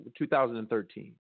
2013